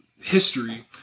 history